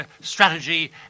strategy